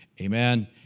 amen